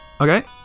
Okay